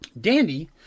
Dandy